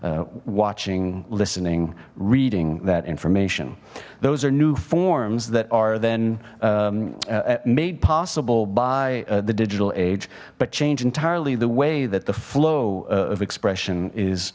watching listening reading that information those are new forms that are then made possible by the digital age but changed entirely the way that the flow of expression is